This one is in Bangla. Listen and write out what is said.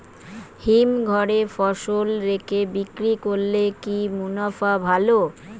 হিমঘরে ফসল রেখে বিক্রি করলে কি মুনাফা ভালো?